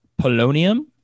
polonium